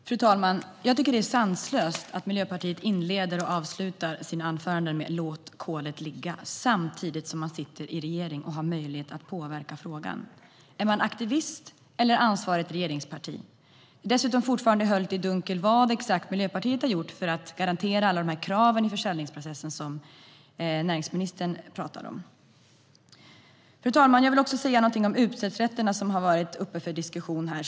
Fru talman! Jag tycker att det är sanslöst att Miljöpartiet inleder och avslutar sina anföranden med "låt kolet ligga", samtidigt som man sitter i regering och har möjlighet att påverka frågan. Är man aktivist eller ansvarigt regeringsparti? Dessutom är det fortfarande höljt i dunkel vad exakt Miljöpartiet har gjort för att garantera alla kraven i försäljningsprocessen som näringsministern pratar om. Fru talman! Jag vill också säga något om utsläppsrätterna, som har varit uppe för diskussion här.